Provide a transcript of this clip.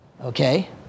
Okay